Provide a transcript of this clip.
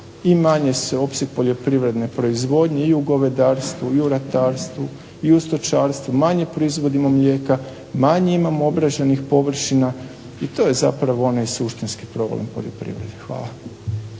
I umanjio se opseg poljoprivredne proizvodnje i u govedarstvu i u ratarstvu i u stočarstvu, manje proizvodimo mlijeka, manje imamo obrađenih površina i to je zapravo onaj suštinski problem poljoprivrede. Hvala.